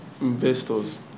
investors